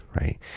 right